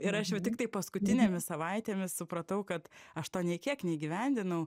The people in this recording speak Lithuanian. ir aš jau tiktai paskutinėmis savaitėmis supratau kad aš to nė kiek neįgyvendinau